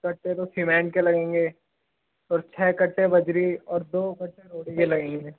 कट्टे तो सिमेन्ट के लगेंगे और छ कट्टे बजरी और दो कट्टे रोडी के लगेंगे